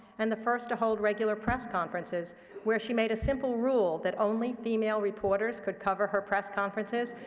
and the first to hold regular press conferences where she made a simple rule that only female reporters could cover her press conferences,